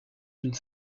une